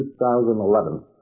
2011